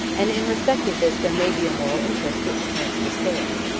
and in respect of this there may be a moral interest which turns the scale.